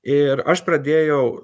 ir aš pradėjau